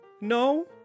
No